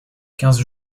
quinze